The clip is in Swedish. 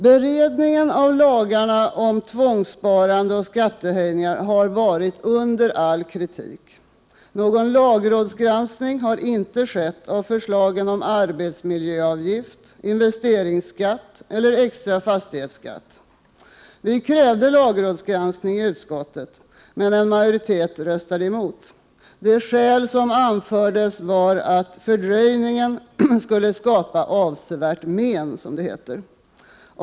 Beredningen av lagarna om tvångssparande och skattehöjningar har varit under all kritik. Någon lagrådsgranskning har inte skett av förslagen om arbetsmiljöavgift, investeringsskatt eller extra fastighetsskatt. Vi krävde lagrådsgranskning när frågan behandlades i utskottet, men en majoritet röstade emot. Det skäl som anfördes var att fördröjningen skulle skapa ”avsevärt men”.